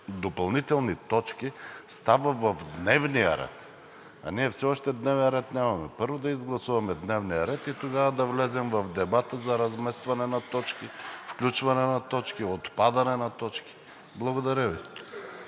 допълнителни точки става в дневния ред, а ние все още нямаме дневен ред. Първо да гласуваме дневния ред и тогава да влезем в дебат за разместване, включване и отпадане на точки. Благодаря Ви.